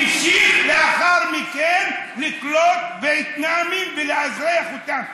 והמשיך לאחר מכן לקלוט וייטנאמים ולאזרח אותם,